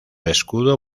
escudo